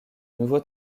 nouveau